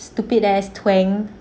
stupid as twang